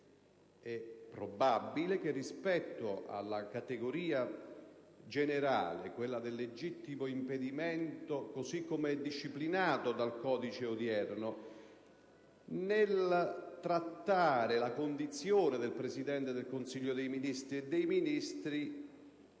Infatti, rispetto alla categoria generale del legittimo impedimento, così com'è disciplinato dal codice odierno, nel trattare la condizione del Presidente del Consiglio dei ministri e dei Ministri,